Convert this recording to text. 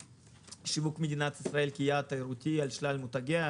שיווק מדינת ישראל כיעד תיירותי על שלל מותגיה.